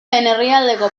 herrialdeko